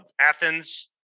Athens